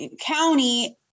county